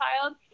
child